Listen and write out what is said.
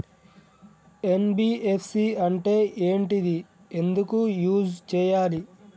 NBFC అంటే ఏంటిది ఎందుకు యూజ్ చేయాలి?